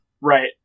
Right